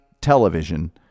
television